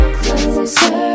closer